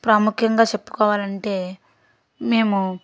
ప్రాముఖ్యంగా చెప్పుకోవాలంటే మేము